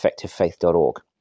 effectivefaith.org